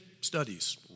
studies